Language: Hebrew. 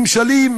ממשלים,